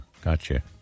gotcha